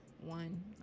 One